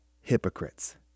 hypocrites